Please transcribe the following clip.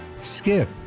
Skip